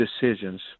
decisions